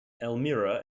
elmira